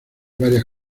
varias